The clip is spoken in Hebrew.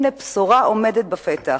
הנה בשורה עומדת בפתח: